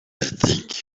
think